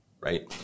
right